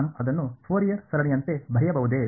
ನಾನು ಅದನ್ನು ಫೋರಿಯರ್ ಸರಣಿಯಂತೆ ಬರೆಯಬಹುದೇ